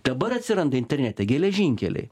dabar atsiranda internete geležinkeliai